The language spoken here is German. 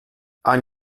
ein